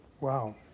Wow